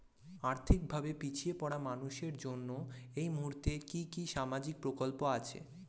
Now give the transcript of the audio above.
আর্থিক ভাবে পিছিয়ে পড়া মানুষের জন্য এই মুহূর্তে কি কি সামাজিক প্রকল্প আছে?